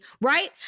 right